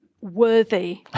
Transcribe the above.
worthy